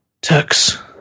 Turks